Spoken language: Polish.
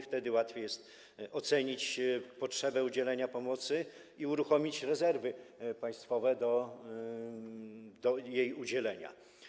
Wtedy łatwiej jest ocenić potrzebę dotyczącą udzielenia pomocy i uruchomić rezerwy państwowe dotyczące jej udzielenia.